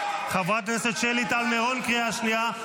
חברת הכנסת שלי טל מירון, קריאה שנייה.